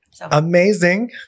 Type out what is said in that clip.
Amazing